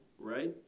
Right